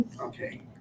Okay